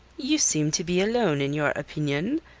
you seem to be alone in your opinion,